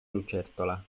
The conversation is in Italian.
lucertola